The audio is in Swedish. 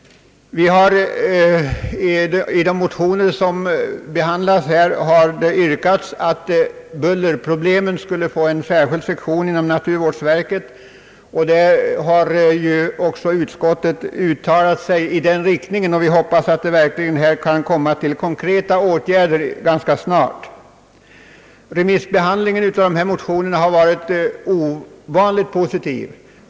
I de motioner som nu behandlas har yrkats att bullerproblemen skulle få en särskild sektion inom naturvårdsverket. Utskottet har också uttalat sig i den riktningen. Vi hoppas att man skall komma fram till konkreta åtgärder ganska snart. Remissbehandlingen av dessa motioner har varit ovanligt positiv.